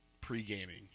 pre-gaming